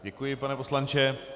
Děkuji, pane poslanče.